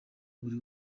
buri